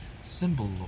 symbol